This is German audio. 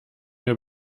mir